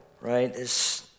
Right